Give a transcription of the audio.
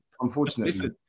unfortunately